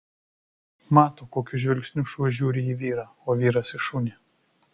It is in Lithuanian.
mato kokiu žvilgsniu šuo žiūri į vyrą o vyras į šunį